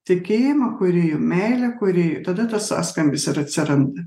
tikėjimą kūrėju meilę kūrėjui tada to sąskambis ir atsiranda